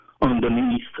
underneath